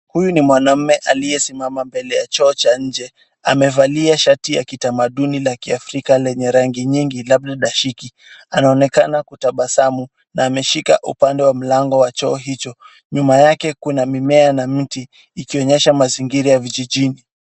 Huyu ni mwanaume aliyesimama mbele ya choo cha nje, amevalia shati ya kitamaduni la kiafrika lenye rangi nyingi labda hashiki, anaonekana kutabasamu na ameshika upande wa mlango wa choo hicho nyuma yake kuna mimea na miti ikionyesha mazingira ya kijijini.